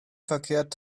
verkehrt